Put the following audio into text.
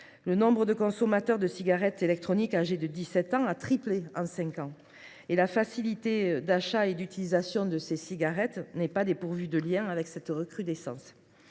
Le nombre de consommateurs de cigarettes électroniques âgés de 17 ans a triplé en cinq ans, et la facilité d’achat et d’utilisation de ces cigarettes n’est pas dépourvue de lien avec cette recrudescence.